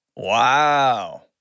Wow